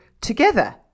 together